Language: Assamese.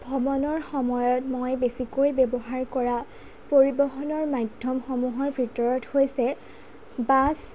ভ্ৰমণৰ সময়ত মই বেছিকৈ ব্যৱহাৰ কৰা পৰিবহণৰ মাধ্যমসমূহৰ ভিতৰত হৈছে বাছ